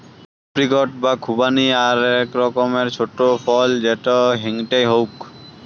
apricot বা খুবানি আক রকমের ছোট ফল যেটা হেংটেং হউক